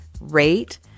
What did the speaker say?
rate